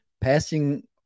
passing